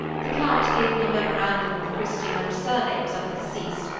the count gave me a memorandum of the christian and surnames of the deceased,